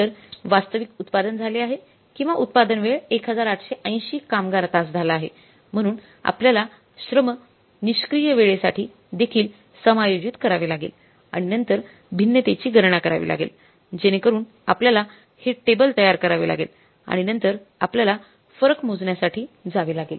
तर वास्तविक उत्पादन झाले आहे किंवा उत्पादक वेळ 1880 कामगार तास झाला आहे म्हणून आपल्याला श्रम निष्क्रिय वेळेसाठी देखील समायोजित करावे लागेल आणि नंतर भिन्नतेची गणना करावी लागेल जेणेकरून आपल्याला हे टेबल तयार करावे लागेल आणि नंतर आपल्याला फरक मोजण्यासाठी जावे लागेल